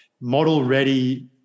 model-ready